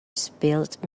spilt